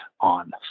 on